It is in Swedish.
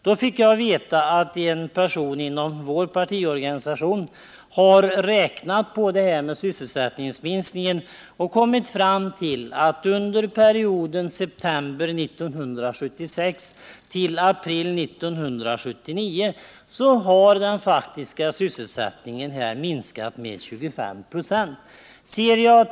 Då fick jag veta att en person inom vår partiorganisation har räknat på det här med sysselsättningsminskningen och kommit fram till att under perioden september 1976 — april 1979 har den faktiska sysselsättningen minskat med 25 96.